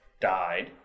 died